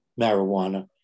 marijuana